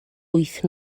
wyth